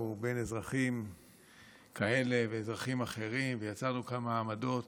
בין אזרחים כאלה לאזרחים אחרים ויצרנו כאן מעמדות.